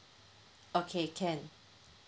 okay can